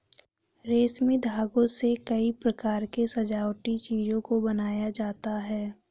रेशमी धागों से कई प्रकार के सजावटी चीजों को बनाया जाता है